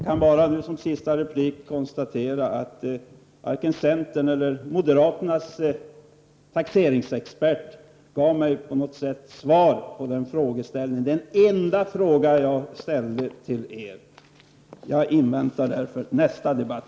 Herr talman! I denna min sista replik konstaterar jag bara att varken centerns eller moderaternas expert när det gäller taxeringsfrågor gav mig något som helst svar på den enda fråga som jag har ställt. Herr talman! Jag inväntar därför nästa debatt.